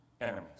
enemies